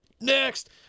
Next